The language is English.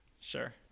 Sure